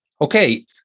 Okay